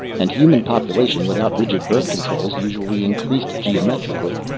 and human population, without rigid birth controls, usually increased geometrically.